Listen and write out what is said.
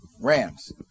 Rams